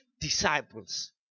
disciples